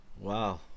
Wow